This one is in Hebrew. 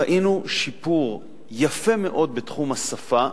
ראינו שיפור יפה מאוד בתחום השפה.